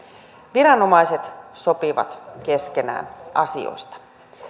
viranomaiset sopivat keskenään asioista